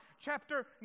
chapter